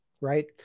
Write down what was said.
right